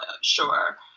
sure